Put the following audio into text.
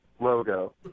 logo